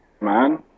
man